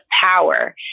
power